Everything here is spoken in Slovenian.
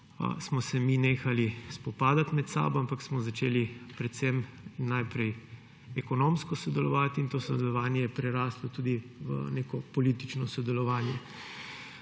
smo se mi nehali spopadati med sabo in smo začeli najprej ekonomsko sodelovati in to sodelovanje je preraslo tudi v neko politično sodelovanje.